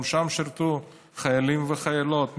גם שם שירתו חיילים וחיילות.